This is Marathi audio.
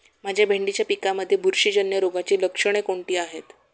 माझ्या भेंडीच्या पिकामध्ये बुरशीजन्य रोगाची लक्षणे कोणती आहेत?